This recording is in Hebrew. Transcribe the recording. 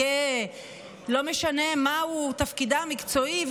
לא משנה מהו תפקידה המקצועי,